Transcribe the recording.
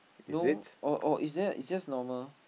no or or is there is just normal